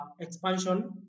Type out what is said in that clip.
expansion